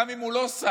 גם אם הוא לא שר,